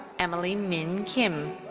emily min kim.